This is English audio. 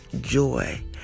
joy